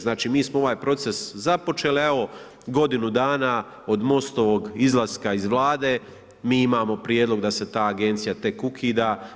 Znači, mi smo ovaj proces započeli, a evo, godinu dana od MOST-ovog izlaska iz Vlade, mi imao prijedlog da se ta Agencija tek ukida.